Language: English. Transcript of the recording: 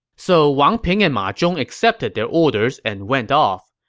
so wang ping and ma zhong accepted their orders and went off.